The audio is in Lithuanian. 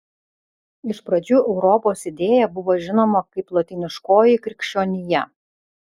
iš pradžių europos idėja buvo žinoma kaip lotyniškoji krikščionija